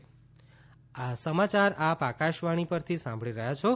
corona appeal આ સમાચાર આપ આકાશવાણી પરથી સાંભળી રહ્યા છો